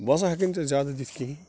بہٕ ہسا ہیٚکے نہٕ زیادٕ دِتھ کِہیٖنٛۍ